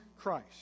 Christ